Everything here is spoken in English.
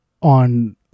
on